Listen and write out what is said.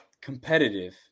competitive